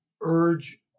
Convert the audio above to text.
urge